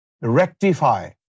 rectify